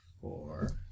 Four